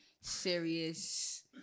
serious